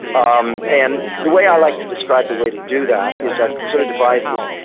um and the way i like to describe the way to do that is i sort of devised this,